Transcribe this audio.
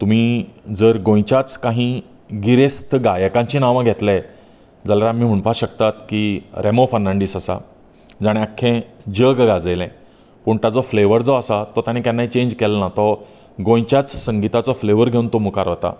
तुमी जर गोंयच्याच काही गिरेस्त गायकांची नांवा घेतले जाल्यार आमी म्हणपाक शकतात की रॅमो फर्नांडीस आसा जाणे आख्खे जग गाजयले पूण ताजो फ्लेवर जो आसा तो ताणे केन्ना चेंज केलना तो गोंयच्याच संगीताचो फ्लेवर घेवन मुखार वता